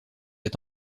est